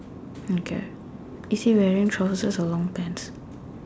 okay is he wearing trousers or long pants